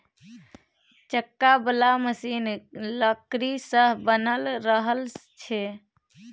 चक्का बला मशीन लकड़ी सँ बनल रहइ छै